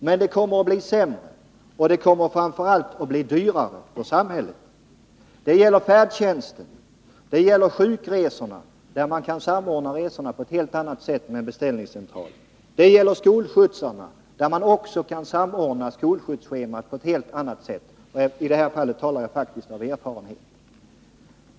Men det kommer att bli sämre, och det kommer framför allt att bli dyrare för samhället. Det gäller färdtjänsten och sjukresorna, som kan samordnas på ett helt annat sätt genom en beställningscentral. Det gäller skolskjutsarna, genom att skolskjutsschemat kan förbättras. I detta fall talar jag faktiskt av erfarenhet.